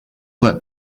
that